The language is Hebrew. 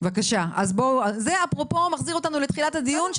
זה מחזיר אותנו לתחילת הדיון,